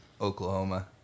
Oklahoma